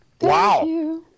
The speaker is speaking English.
Wow